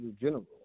general